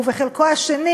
ובחלקו השני